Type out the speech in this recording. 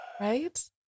Right